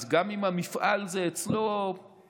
אז גם אם המפעל זה אצלו גבולי,